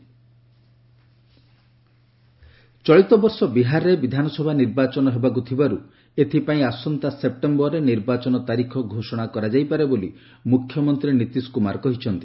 Patna election ଚଳିତ ବର୍ଷ ବିହାରରେ ବିଧାନସଭା ନିର୍ବାଚନ ହେବାକୁ ଥିବାରୁ ଏଥିପାଇଁ ଆସନ୍ତା ସେପ୍ଟେମ୍ବରରେ ନିର୍ବାଚନ ତାରିଖ ଘୋଷଣା କରାଯାଇପାରେ ବୋଲି ମୁଖ୍ୟମନ୍ତ୍ରୀ ନୀତିଶ କୁମାର କହିଛନ୍ତି